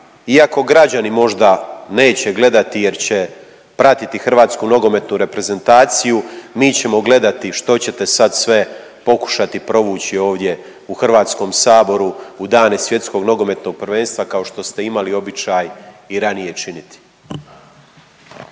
iako građani možda neće gledati jer će pratiti Hrvatsku nogometnu reprezentaciju, mi ćemo gledati što ćete sad sve pokušati provući ovdje u HS u dane Svjetskog nogometnog prvenstva kao što ste imali običaj i ranije činiti.